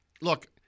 look